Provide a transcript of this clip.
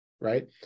right